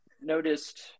noticed